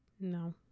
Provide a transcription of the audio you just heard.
No